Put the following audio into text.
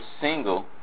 single